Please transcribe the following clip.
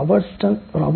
रॉबर्टसनच्या A